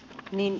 niin